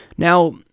Now